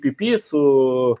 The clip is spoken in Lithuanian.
pipy su